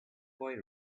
boy